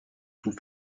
tout